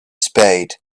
spade